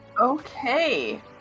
Okay